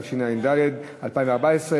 התשע"ד 2014,